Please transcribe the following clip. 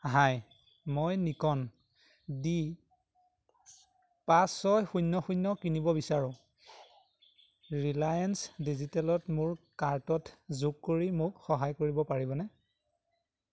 হাই মই Nikon D পাঁচ ছয় শূন্য শূন্য কিনিব বিচাৰোঁ ৰিলায়েন্স ডিজিটেলত মোৰ কাৰ্টত যোগ কৰি মোক সহায় কৰিব পাৰিবনে